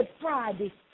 Friday